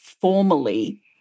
formally